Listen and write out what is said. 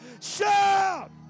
Shout